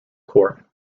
court